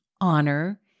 honor